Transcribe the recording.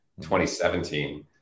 2017